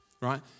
Right